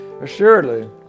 Assuredly